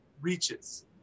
reaches